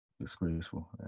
Disgraceful